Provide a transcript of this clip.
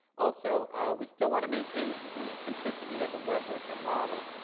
also we still want to maintain the simplicity simplicity of the web worker model,